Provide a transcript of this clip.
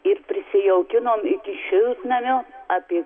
ir prisijaukinom iki šiltnamio apie